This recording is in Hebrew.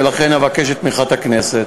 ולכן אבקש את תמיכת הכנסת.